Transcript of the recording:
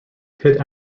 pitt